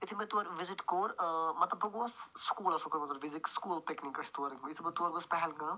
ییٚلہِ مےٚ تور وِزِٹ کوٚر ٲں مطلب بہٕ گوس سُکوٗلَس سُکوٗل پِکنِک گٔے أسۍ تور یِتھٕے بہٕ تور گوٚس پَہلگام